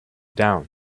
down